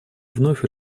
вновь